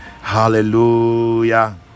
hallelujah